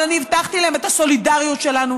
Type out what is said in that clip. אבל אני הבטחתי להם את הסולידריות שלנו.